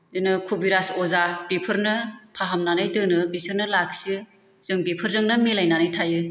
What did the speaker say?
बिदिनो कबिराज अजा बिफोरनो फाहामनानै दोनो बेसोरनो लाखियो जों बेफोरजोंनो मिलायनानै थायो